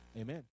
amen